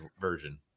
version